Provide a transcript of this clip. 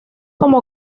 como